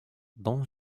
dont